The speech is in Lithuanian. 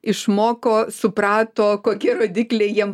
išmoko suprato kokie rodikliai jiem